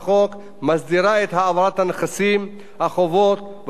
החובות וההתחייבויות של איגודי הערים לידי המדינה,